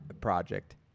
project